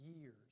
years